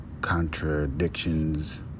contradictions